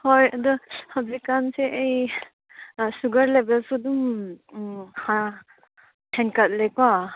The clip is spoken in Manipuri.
ꯍꯣꯏ ꯑꯗꯨ ꯍꯧꯖꯤꯛ ꯀꯥꯟꯁꯦ ꯑꯩ ꯁꯨꯒꯔ ꯂꯦꯕꯦꯜꯁꯨ ꯑꯗꯨꯝ ꯎꯝ ꯍꯦꯟꯒꯠꯂꯦꯀꯣ